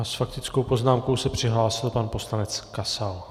A s faktickou poznámkou se přihlásil pan poslanec Kasal.